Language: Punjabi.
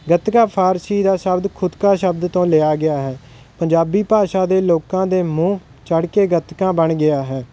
ਗੱਤਕਾ ਫਾਰਸੀ ਦਾ ਸ਼ਬਦ ਖੁਦ ਕਾ ਸ਼ਬਦ ਤੋਂ ਲਿਆ ਗਿਆ ਹੈ ਪੰਜਾਬੀ ਭਾਸ਼ਾ ਦੇ ਲੋਕਾਂ ਦੇ ਮੂੰਹ ਚੜ ਕੇ ਗੱਤਕਾ ਬਣ ਗਿਆ ਹੈ